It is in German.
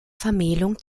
vermählung